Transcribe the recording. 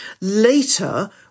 Later